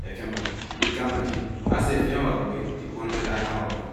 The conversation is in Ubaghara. efiame mme ike ano ashinase efiewe agwee ini gbo ano edaiden oven.